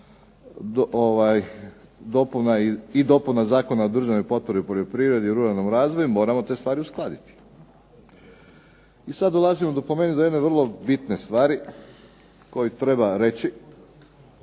o dopunama Zakona o državnoj potpori u poljoprivredi i ruralnom razvoju moramo te stvari uskladiti. I sada dolazimo, po meni jedne vrlo bitne stvari, koju treba reći,